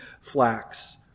flax